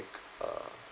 err